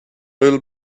little